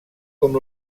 com